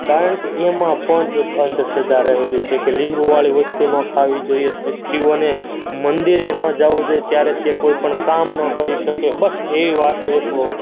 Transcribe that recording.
કારણ કે એમાં પણ એક અંધશ્રદ્ધા રહેલી છે કે લીંબુવાળી વસ્તુ ન ખાવી જોઈએ સ્ત્રીઓને મંદિરે ન જવું જોઈએ ત્યારે તે કોઈ પણ કામ ન કરી શકે બસ એવી વાતો એક